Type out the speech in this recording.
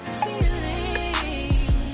feeling